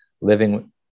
living